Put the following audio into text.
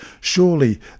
Surely